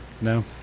No